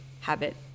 habit